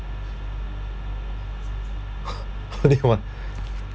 only one